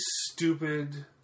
stupid